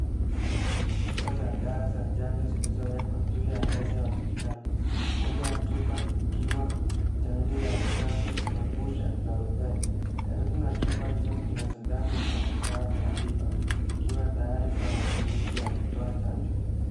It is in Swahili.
Chupa za dawa za chanjo zilizowekwa juu ya meza ya hospitali, Moja ya chupa ikiwa chanjo ya ukambi, mabusha na rubela. Karibu na chupa hizo kuna sindano na vifaa vya tiba. Vikiwa tayari kwa matumizi ya kutoa chanjo.